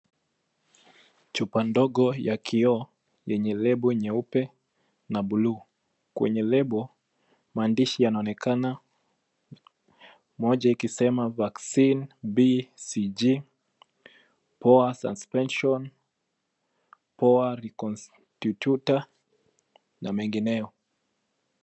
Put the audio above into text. Chupa ndogo ya kioo yenye lebo nyeupe na bluu. Kwenye lebo maandishi yanaonekana moja ikisema, vaccine BCG,poor suspension, poor reconstitutor, na mengineyo.